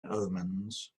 omens